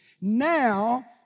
now